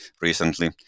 recently